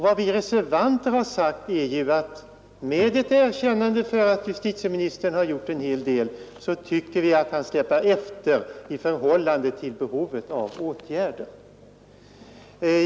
Vad vi reservanter har sagt är ju att vi, med ett erkännande av att justitieministern har gjort en hel del, tycker att han släpar efter i förhållande till behovet av åtgärder.